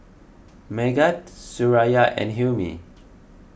Megat Suraya and Hilmi